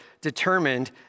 determined